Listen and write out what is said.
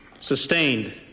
Sustained